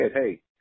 hey